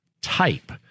type